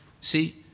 See